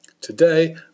Today